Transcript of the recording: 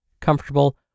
comfortable